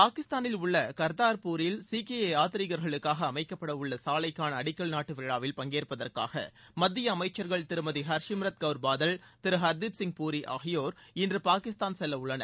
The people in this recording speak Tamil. பாகிஸ்தாளில் உள்ள கர்தார்பூரில் சீக்கிய யாத்ரிகர்களுக்காக அமைக்கப்படவுள்ள சாலைக்காள அடிக்கல் நாட்டு விழாவில் பங்கேற்பதற்காக மத்திய அமைச்சர்கள் திருமதி ஹர்சிம்ரத் கவுர் பாதல் திரு ஹர்தீப் சிங் பூரி ஆகியோர் இன்று பாகிஸ்தான் செல்லவுள்ளனர்